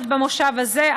עוד במושב הזה,